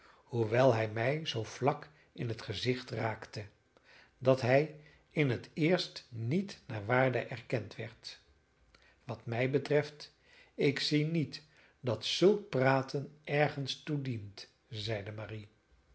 hoewel hij mij zoo vlak in het gezicht raakte dat hij in het eerst niet naar waarde erkend werd wat mij betreft ik zie niet dat zulk praten ergens toe dient zeide marie